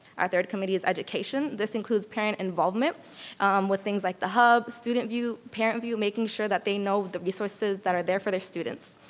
our third committee is education, this includes parent involvement with things like the hub, student view, parent view, making sure that they know the resources that are there for their students.